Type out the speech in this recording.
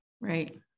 Right